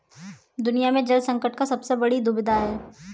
दुनिया में जल संकट का सबसे बड़ी दुविधा है